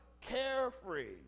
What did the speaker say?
carefree